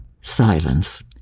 Silence